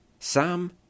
Sam